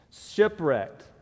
shipwrecked